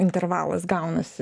intervalas gaunasi